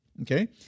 okay